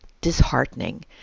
disheartening